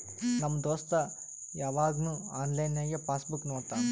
ನಮ್ ದೋಸ್ತ ಯವಾಗ್ನು ಆನ್ಲೈನ್ನಾಗೆ ಪಾಸ್ ಬುಕ್ ನೋಡ್ತಾನ